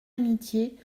amitié